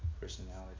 personality